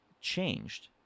changed